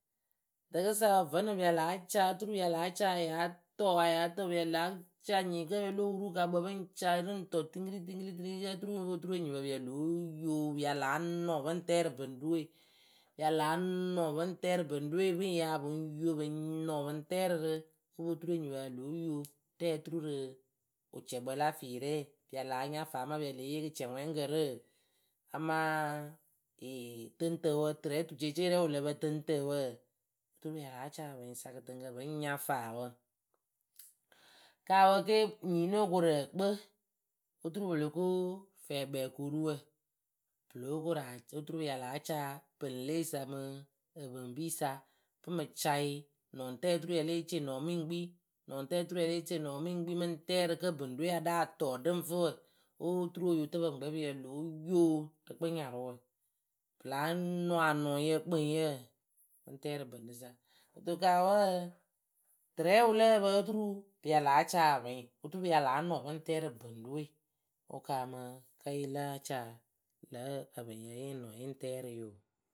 Rɨkɨsa vǝ́nɨŋ pɨ ya láa ca oturu ya láa ca yáa tɔɔ, a yáa tɔɔ, pɨ ya la ca nyii kǝ́ lóo wuru wʊkaakpǝ pɨ ŋ ca yɨ rɨ ŋ tɔɔ tiŋkɨri tiŋkɨri tiŋkɨri ǝ́ǝ turu óo po turu kǝ́ nyipǝ ya lóo yo pɨ ya láa nɔŋ pɨ ŋ tɛɛ rɨ bɨŋɖɨwe. Ya láa nɔŋ pɨ ŋ tɛɛ rɨ bɨŋɖɨwe, pɨ ŋ ya pɨ ŋ yo pɨ ŋ nɔŋ pɨ ŋ tɛɛ rɨ rɨ, óo po turu enyipǝ ya lóo yo. Rɛɛ turu rɨ wɨcɛkpǝ la fiirɛ, pɨ ya láa nya faa amaa pɨ ya lée yee kɨcɛŋwɛŋkǝ rɨ, amaa ee tɨŋtǝǝwǝ, tɨrɛ tuceeceerɛ wɨ lǝ pǝ tɨŋtǝǝwǝ? Oturu pɨ ya a ca ǝpɨŋyɨsa kɨtɨŋkǝ pɨŋ nya faawǝ. kaawǝ ke nyii ŋ no okoru ǝkpɨ, oturu pɨ lo koo fɛɛkpɛɛkoruwǝ. Pɨ lóo koru a, oturu pɨ ya láa ca pɨŋleesa mɨ; ǝpɨŋbiisa. Pɨ mɨ ca yɩ nɔŋtǝǝ oturu ya lée tie nɔŋ mɨ ŋ kpii. Nɔŋtǝǝ oturu ya lée tie nɔɔŋ mɨ ŋ kpii mɨ ŋ tɛɛ rɨ kǝ́ bɨŋɖɨwe ya láa tɔɔ ɖɨŋ fɨ wǝ. Oturu oyotǝpǝ pɨŋkpɛ pɨ ya lóo yo rɨ kpɨnyarǝwǝ. Pɨ láa nɔ anɔŋyǝ kpɨŋyǝ pɨ ŋ tɛɛ rɨ bɨŋrɨsa. Kɨto kaawǝǝ. Tɨrɛ wɨ lǝ́ǝ pǝ oturu pɨ ya láa ca ǝpɨɩŋ oturu pɨ ya láa nɔŋ pɨ ŋ tɛɛ rɨ bɨŋɖɨwe. Wʊ kaamɨ kǝ́ yɨ láa ca lǝ̌ ǝpɨŋyǝ yɨ ŋ nɔŋ yɨ ŋ tɛɛ rɨ yɨ oo.